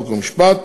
חוק ומשפט,